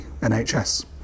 nhs